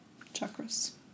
chakras